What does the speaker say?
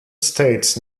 states